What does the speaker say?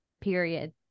period